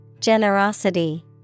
Generosity